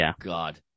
god